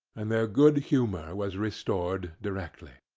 and their good humour was restored directly.